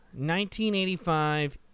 1985